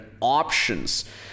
options